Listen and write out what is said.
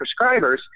prescribers